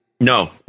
No